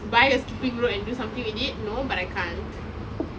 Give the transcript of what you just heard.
buy a skipping rope and do something with it no but I can't